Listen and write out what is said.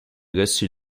reçut